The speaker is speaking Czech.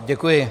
Děkuji.